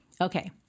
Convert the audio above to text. Okay